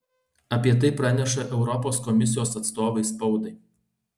apie tai praneša europos komisijos atstovai spaudai